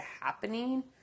happening